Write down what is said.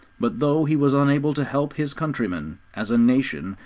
but though he was unable to help his countrymen, as a nation,